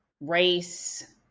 race